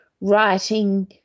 writing